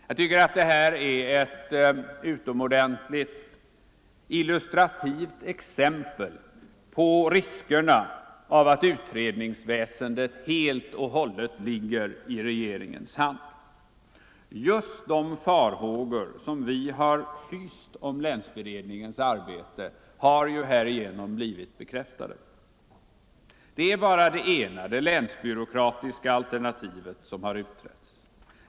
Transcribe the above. Jag tycker att det här är ett utomordentligt illustrativt exempel på riskerna av att utredningsväsendet helt och hållet ligger i regeringens hand. Just de farhågor som vi har hyst om länsberedningens arbete har ju härigenom blivit bekräftade. Det är bara det ena alternativet, det länsbyråkratiska, som har utretts.